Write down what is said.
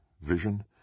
vision